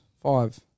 Five